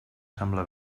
sembla